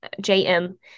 J-M